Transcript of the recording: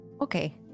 Okay